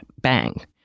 bang